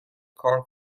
کار